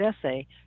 essay